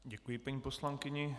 Děkuji paní poslankyni.